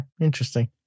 Interesting